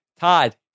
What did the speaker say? Todd